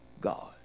God